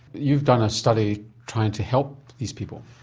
you've done a study trying to help these people.